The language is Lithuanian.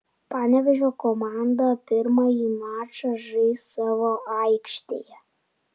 panevėžio komanda pirmąjį mačą žais savo aikštėje